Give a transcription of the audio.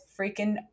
freaking